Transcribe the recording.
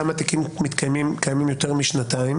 כמה תיקים קיימים יותר משנתיים